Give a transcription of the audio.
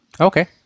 Okay